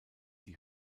die